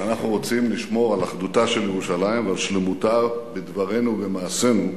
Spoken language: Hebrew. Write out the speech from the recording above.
ואנחנו רוצים לשמור על אחדותה של ירושלים ועל שלמותה בדברינו ובמעשינו,